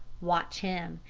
watch him.